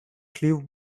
clive